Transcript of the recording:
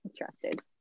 interested